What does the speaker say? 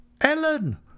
Ellen